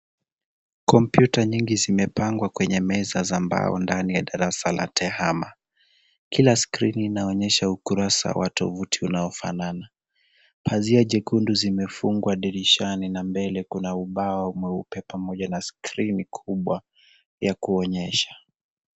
Kompyuta nyingi zimepangwa kwenye meza za mbao ndani ya darasa la tehama . Kila siku inaonyesha ukurasa wa tovuti unaofanana. Pazia jekundu zimefungwa dirishani na mbele kuna ubao mweupe pamoja na skrini kubwa ya kuonyesha.